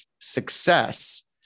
success